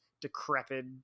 decrepit